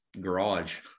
garage